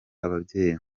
ababyeyi